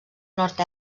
nord